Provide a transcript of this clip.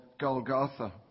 Golgotha